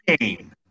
name